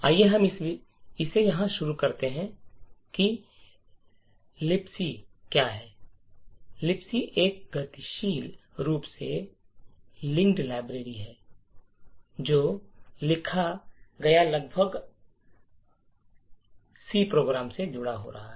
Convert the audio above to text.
आइए हम यह शुरू करें कि लिबेक क्या है लिबेक एक गतिशील रूप से लिंकड़ लाइब्रेरी है जो लिखा गया लगभग हर सी प्रोग्राम से जुड़ा हो जाता है